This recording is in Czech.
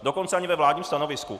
Dokonce ani ve vládním stanovisku!